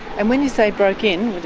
and when you say broke in,